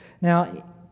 Now